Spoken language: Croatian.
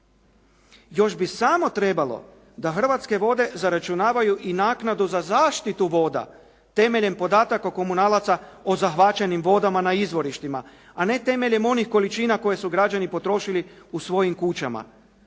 Još bi samo trebalo da Hrvatske vode zaračunavaju i naknadu za zaštitu voda temeljem podataka komunalaca o zahvaćenim vodama na izvorištima, a ne temeljem onih količina koje su građani potrošili u svojim kućama.